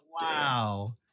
Wow